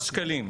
אפס שקלים.